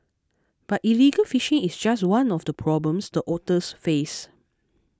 but illegal fishing is just one of the problems the otters face